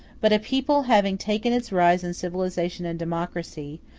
but a people, having taken its rise in civilization and democracy,